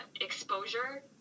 exposure